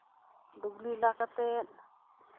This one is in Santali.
ᱰᱩᱜᱽᱞᱤ ᱞᱟ ᱠᱟᱛᱮ